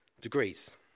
degrees